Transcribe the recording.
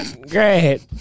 Great